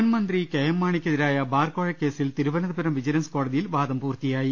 മുൻമന്ത്രി K M മാണിക്കെതിരായ ബാർകോഴ കേസിൽ തിരുവനന്തപുരം വിജിലൻസ്കോടതിയിൽ വാദം പൂർത്തിയായി